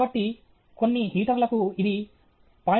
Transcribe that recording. కాబట్టి కొన్ని హీటర్లకు ఇది 0